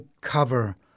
cover